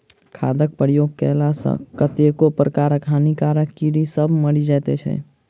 खादक प्रयोग कएला सॅ कतेको प्रकारक हानिकारक कीड़ी सभ मरि जाइत छै